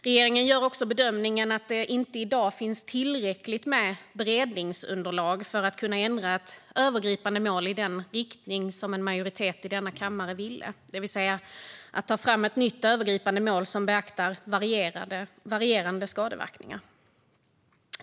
Regeringen gör också bedömningen att det i dag inte finns tillräckligt med beredningsunderlag för att kunna ändra ett övergripande mål i den riktning som en majoritet i denna kammare ville, det vill säga ta fram ett nytt övergripande mål som beaktar varierande skadeverkningar.